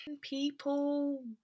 people